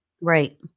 Right